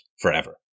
forever